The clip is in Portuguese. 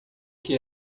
que